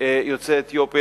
יוצאי אתיופיה,